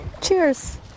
Cheers